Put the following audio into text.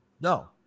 No